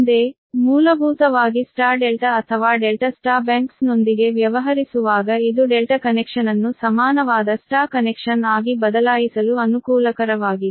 ಮುಂದೆ ಮೂಲಭೂತವಾಗಿ Y ∆ or ∆ Y banks ನೊಂದಿಗೆ ವ್ಯವಹರಿಸುವಾಗ ಇದು ∆ ಕನೆಕ್ಷನ್ಅನ್ನು ಸಮಾನವಾದ Y ಕನೆಕ್ಷನ್ ಆಗಿ ಬದಲಾಯಿಸಲು ಅನುಕೂಲಕರವಾಗಿದೆ